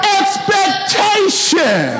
expectation